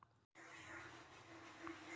खरीप हंगामात आपण कोणती कोणती पीक घेऊ शकतो?